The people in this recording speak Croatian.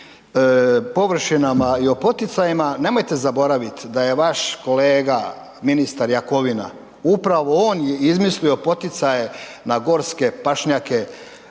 površinama i o poticajima, nemojte zaboraviti da je vaš kolega ministar Jakovina, upravo on je izmislio poticaje na gorske pašnjake,